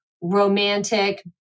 romantic